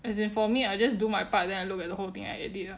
as in for me I just do my part then I look at the whole thing I edit ah